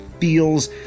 feels